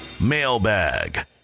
mailbag